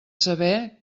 saber